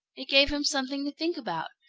it gave him something to think about.